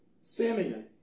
Simeon